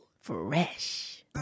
Fresh